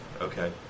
Okay